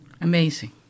amazing